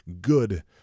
good